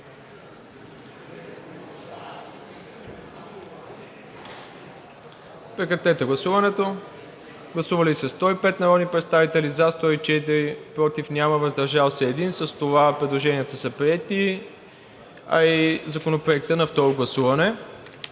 режим на гласуване. Гласували 105 народни представители: за 104, против няма, въздържал се 1. С това предложенията са приети, а и Законопроектът на второ гласуване.